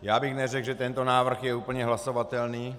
Já bych neřekl, že tento návrh je úplně hlasovatelný.